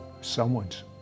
Someone's